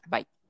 Bye